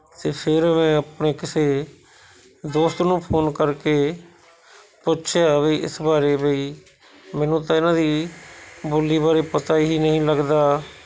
ਤੇ ਫਿਰ ਮੈਂ ਆਪਣੇ ਕਿਸੇ ਦੋਸਤ ਨੂੰ ਫ਼ੋਨ ਕਰਕੇ ਪੁੱਛਿਆ ਬਈ ਇਸ ਬਾਰੇ ਬਈ ਮੈਨੂੰ ਤਾਂ ਇਹਨਾਂ ਦੀ ਬੋਲੀ ਬਾਰੇ ਪਤਾ ਹੀ ਨਹੀਂ ਲੱਗਦਾ